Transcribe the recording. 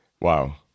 Wow